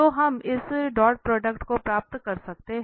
तो हम इस डॉट प्रोडक्ट को प्राप्त कर सकते हैं